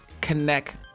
connect